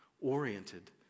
oriented